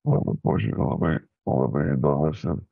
mano požiūriu labai labai įdomios ir